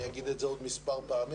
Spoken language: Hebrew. ואני אומר את זה עוד מספר פעמים,